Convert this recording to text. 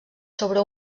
sobre